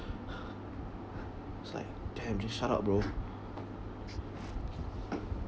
it's like damn just shut up bro